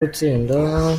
gutsinda